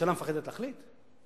הממשלה מפחדת להחליט?